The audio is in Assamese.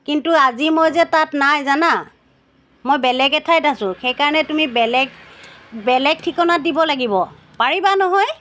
কিন্তু আজি মই যে তাত নাই জানা মই বেলেগ এঠাইত আছোঁ সেইকাৰণে তুমি বেলেগ বেলেগ ঠিকনাত দিব লাগিব পাৰিবা নহয়